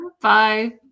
Bye